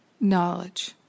knowledge